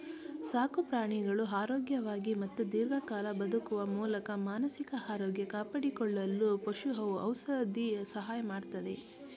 ಸಾಕುಪ್ರಾಣಿಗಳು ಆರೋಗ್ಯವಾಗಿ ಮತ್ತು ದೀರ್ಘಕಾಲ ಬದುಕುವ ಮೂಲಕ ಮಾನಸಿಕ ಆರೋಗ್ಯ ಕಾಪಾಡಿಕೊಳ್ಳಲು ಪಶು ಔಷಧಿ ಸಹಾಯ ಮಾಡ್ತದೆ